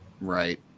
Right